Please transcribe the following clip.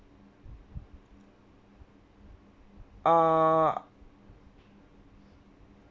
err